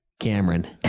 Cameron